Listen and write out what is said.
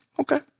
Okay